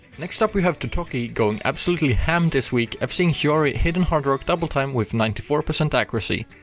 next up we have totoki going absolutely ham this week fc'ing shiori hidden hardrock doubletime with ninety four percent accuracy,